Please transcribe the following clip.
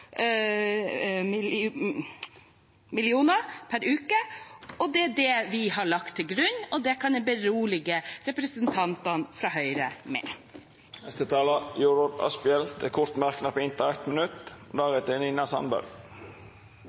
Det er det vi har lagt til grunn, og det kan jeg berolige representantene fra Høyre med. Representanten Jorodd Asphjell har hatt ordet to gonger tidlegare og får ordet til ein kort merknad, avgrensa til 1 minutt.